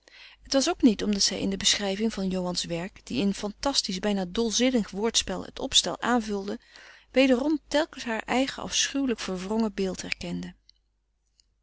het was ook niet omdat zij in de beschrijving van johans werk die in fantastisch bijna dolzinnig woordspel het opstel aanvulde wederom telkens haar eigen afschuwelijk verwrongen beeld herkende